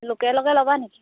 লোকেলকে ল'বানি